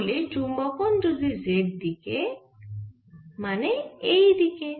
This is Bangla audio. তাহলে চুম্বকন হল z দিকে মানে এই দিকে